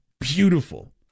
beautiful